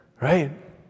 right